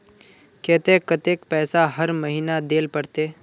केते कतेक पैसा हर महीना देल पड़ते?